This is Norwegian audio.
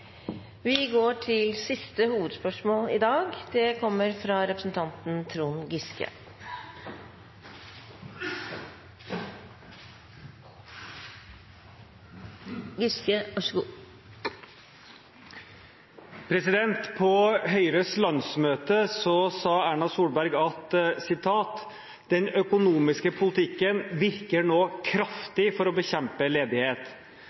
Vi går videre til siste hovedspørsmål. På Høyres landsmøte sa Erna Solberg at den «økonomiske politikken virker nå